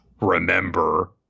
remember